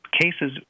cases